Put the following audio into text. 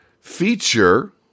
feature